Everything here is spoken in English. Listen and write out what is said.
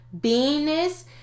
beingness